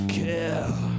care